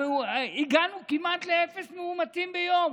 הגענו כמעט לאפס מאומתים ביום.